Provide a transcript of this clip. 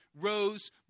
rose